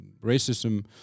racism